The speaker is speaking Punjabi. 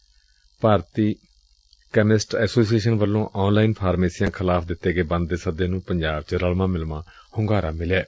ਸਰਬ ਭਾਰਤੀ ਕੈਮਿਸਟ ਐਸੋਸੀਏਸ਼ਨ ਵੱਲੋਂ ਆਨ ਲਾਈਨ ਫਾਰਮੇਸੀਆ ਖਿਲਾਫ਼ ਦਿੱਤੇ ਗਏ ਬੰਦ ਦੇ ਸੱਦੇ ਨੁੰ ਪੰਜਾਬ ਚ ਰਲਵਾਂ ਮਿਲਵਾਂ ਹੁੰਗਾਰਾ ਮਿਲਿਐ